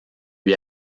lui